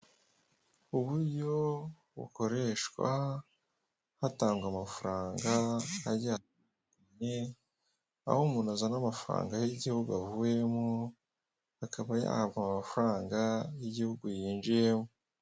Uburyo bukoreshwa hatangwa amafaranga ajyanye, aho umuntu azana amafaranga y'igihugu avuyemo, akaba yahabwa amafaranga y'igihugu yinjiyemo.